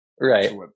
Right